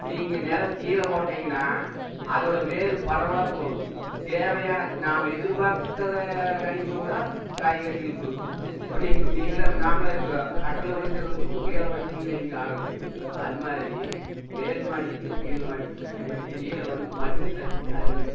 நீங்கள் நிலம் கீழே போட்டீங்கன்னா அதோட வேர் பரவலாக போகும் தேவையான நாம் எதிர்பாத்ததை கணிப்பை விட காய்கறிகள் கொடுக்கும் இப்போ நீங்கள் நீங்களே நாமளே இருக்கிறோம் கட்டில்ல படுக்கிறதுக்கும் கீழே படுத்திங்கன்னு வையுங்க ஆரோக்கியம் அது மாதிரி மேல் மாடிக்கும் கீழ் மாடிக்கும் கீழே வந்து மண் சத்து அதிகம் கிடைக்கும்